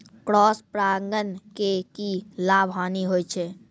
Cross परागण के की लाभ, हानि होय छै?